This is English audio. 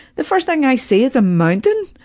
the first thing i see is a mountain.